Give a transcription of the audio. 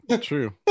True